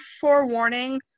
forewarning